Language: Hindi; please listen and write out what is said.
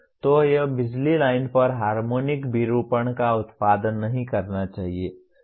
तो यह बिजली लाइन पर हार्मोनिक विरूपण का उत्पादन नहीं करना चाहिए